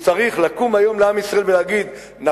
הוא צריך לקום היום ולהגיד לעם ישראל,